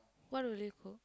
what will you cook